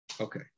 okay